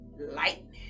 Lightning